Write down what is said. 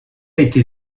été